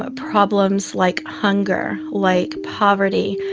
ah problems like hunger, like poverty,